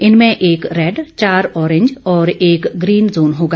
इनमें एक रेड चार ऑरेंज और एक ग्रीन जोन होगा